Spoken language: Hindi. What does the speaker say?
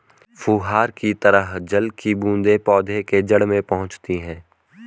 फुहार की तरह जल की बूंदें पौधे के जड़ में पहुंचती है